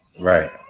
Right